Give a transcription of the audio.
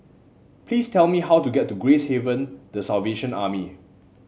please tell me how to get to Gracehaven The Salvation Army